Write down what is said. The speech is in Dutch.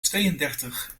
tweeëndertig